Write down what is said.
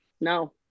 No